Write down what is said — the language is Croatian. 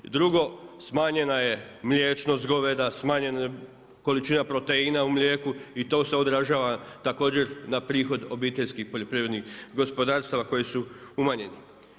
Drugo, smanjena je mliječnost goveda, smanjena je količina proteina u mlijeku i to se odražava također na prihod obiteljskih poljoprivrednih gospodarstava koji su umanjeni.